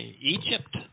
Egypt